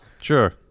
Sure